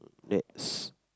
next